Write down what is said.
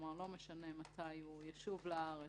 כלומר לא משנה מתי הוא ישוב לארץ,